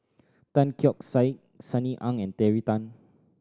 Tan Keong Saik Sunny Ang and Terry Tan